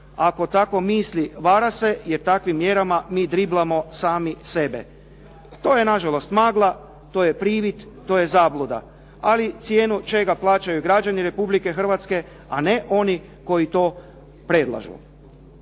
Ako tako misli vara se, jer takvim mjerama mi driblamo sami sebe. To je na žalost magla, to je privid, to je zabluda, ali cijenu čega plaćaju građani Republike Hrvatske, a ne oni koji to predlažu.